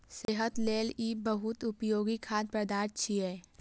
सेहत लेल ई बहुत उपयोगी खाद्य पदार्थ छियै